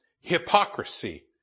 hypocrisy